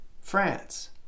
France